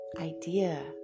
idea